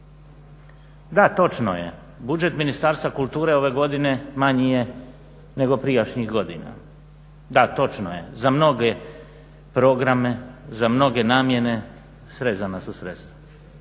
Da, točno je budžet Ministarstva kulture ove godine manji je nego prijašnjih godina. Da, točno je za mnoge programe, za mnoge namjene srezana su sredstva.